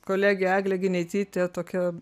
kolegė eglė gineitytė tokia